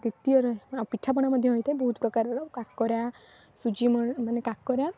ଦ୍ବିତୀୟରେ ଆଉ ପିଠାପଣା ମଧ୍ୟ ହୋଇଥାଏ ବହୁତ ପ୍ରକାରର କାକରା ସୁଜି ମାନେ କାକରା